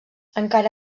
encara